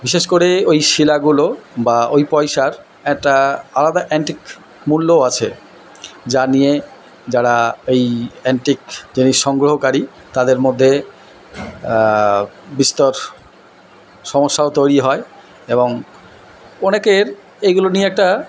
বিশেষ করে ওই শিলাগুলো বা ওই পয়সার একটা আলাদা অ্যান্টিক মূল্যও আছে যা নিয়ে যারা এই অ্যান্টিক জিনিস সংগ্রহকারী তাদের মধ্যে বিস্তর সমস্যাও তৈরি হয় এবং অনেকের এইগুলো নিয়ে একটা